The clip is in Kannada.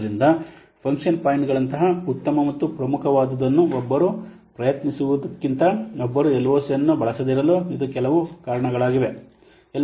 ಆದ್ದರಿಂದ ಫಂಕ್ಷನ್ ಪಾಯಿಂಟ್ ನಂತಹ ಉತ್ತಮ ಮತ್ತು ಪ್ರಮುಖವಾದುದನ್ನು ಒಬ್ಬರು ಪ್ರಯತ್ನಿಸುವುದಕ್ಕಿಂತ ಒಬ್ಬರು LOC ಅನ್ನು ಬಳಸದಿರಲು ಇದು ಕೆಲವು ಕಾರಣಗಳಾಗಿವೆ